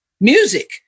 music